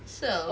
so